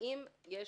האם יש